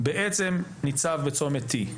בעצם ניצב בצומת T,